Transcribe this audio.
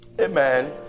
Amen